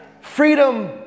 Freedom